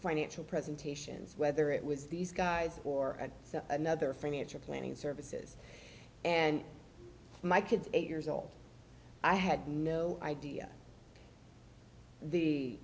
financial presentations whether it was these guys or at another financial planning services and my kids eight years old i had no idea the